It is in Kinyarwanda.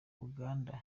uganda